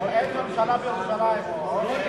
ממשלה בירושלים.